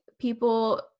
people